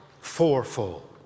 fourfold